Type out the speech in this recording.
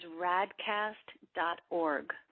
radcast.org